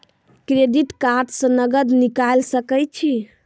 Credit card से नगद निकाल सके छी?